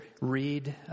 read